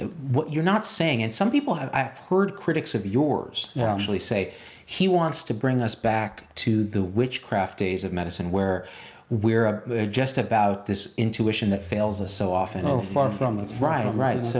ah what you're not saying, and some people, i've i've heard critics of yours actually say he wants to bring us back to the witchcraft days of medicine where we're ah just about this intuition that fails us so often. oh, far from it. right, um right. so